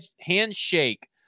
handshake